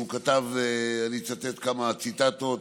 הוא כתב ואני אביא כמה ציטטות: